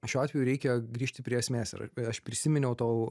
šiuo atveju reikia grįžti prie esmės ir a aš prisiminiau tau